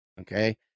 okay